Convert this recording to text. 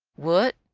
what?